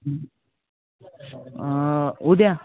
उद्या